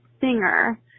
singer